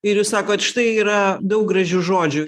ir jūs sakot štai yra daug gražių žodžių